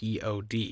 POD